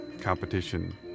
competition